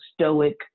stoic